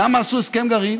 למה עשו הסכם גרעין?